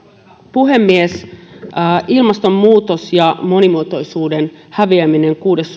puhemies ilmastonmuutos ja monimuotoisuuden häviäminen kuudes